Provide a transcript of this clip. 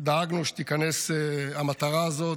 דאגנו שתיכנס המטרה הזאת,